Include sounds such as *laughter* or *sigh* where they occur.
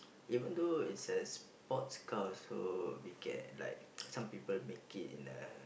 *noise* even though it's a sports car also we can like some people make it in uh